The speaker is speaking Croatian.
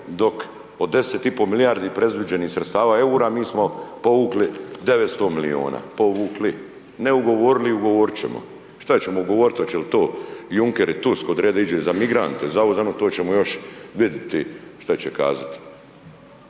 dok od 10,5 milijardi predviđenih sredstava eura, mi smo povukli 900 milijuna, povukli, ne ugovorili, ugovoriti ćemo. Šta ćemo ugovoriti, hoće li to Juncker i Tusk odrediti da iđe za migrante, za ovo, za ono, to ćemo još vidjeti što će kazati.